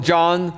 John